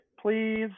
please